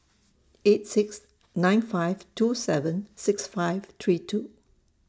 eight six nine five two seven six five three two